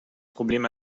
problem